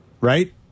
Right